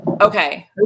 Okay